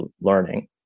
learning